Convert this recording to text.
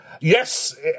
yes